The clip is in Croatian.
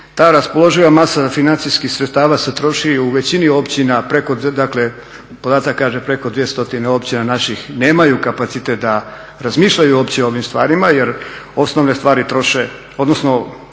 Ta raspoloživa masa financijskih sredstava se troši u većini općina preko, dakle podatak kaže preko 2 stotine općina naših nemaju kapacitet da razmišljaju uopće o ovim stvarima, jer osnovne stvari troše, odnosno